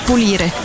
Pulire